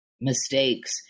mistakes